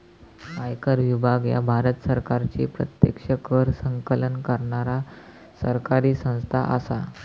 आयकर विभाग ह्या भारत सरकारची प्रत्यक्ष कर संकलन करणारा सरकारी संस्था असा